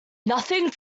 nothing